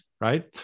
right